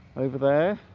over there